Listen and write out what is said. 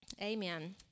Amen